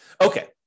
Okay